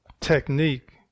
technique